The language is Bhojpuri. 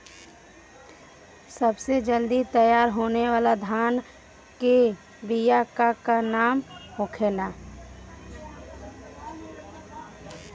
सबसे जल्दी तैयार होने वाला धान के बिया का का नाम होखेला?